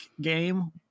game